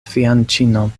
fianĉino